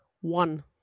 one